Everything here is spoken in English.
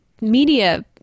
media